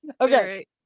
Okay